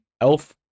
elf